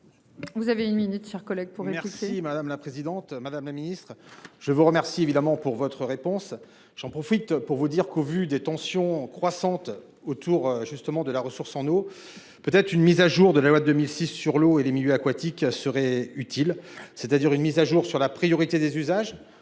Vous avez une minute, chers collègues. Je vous remercie madame la présidente, madame la ministre, je vous remercie évidemment pour votre réponse. J'en profite pour vous dire qu'au vu des tensions croissantes autour justement de la ressource en eau. Peut-être une mise à jour de la loi de 2006 sur l'eau et les milieux aquatiques serait utile, c'est-à-dire une mise à jour sur la priorité des usages